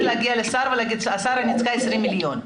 להגיע לשר ולומר לו שאני צריכה 20 מיליון שקלים.